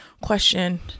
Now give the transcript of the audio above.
question